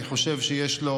אני חושב שיש לו